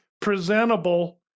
presentable